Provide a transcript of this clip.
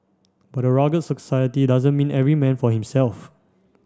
but a rugged society doesn't mean every man for himself